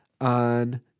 on